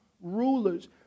rulers